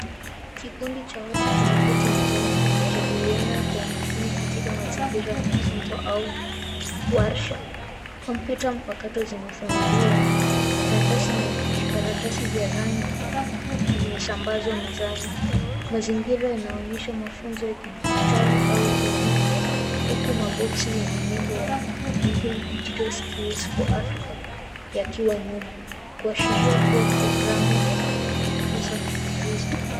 Kikundi cha watu kimeketi mezani kikijadiliana kwa umakini katika mazingira ya mafunzo au warsha. Kopyuta mpakato zimefunguliwa, karatasi na vijikaratasi vya rangi vimesambazwa mezani. Mazingira yanaonyesha mafuzo ya kidijitali au ubunifu uku maboxi yenye nebo Digital Skills For Afrika yakiwa nyuma, kuhashiria kuwa programu ya kukuza ujuzi.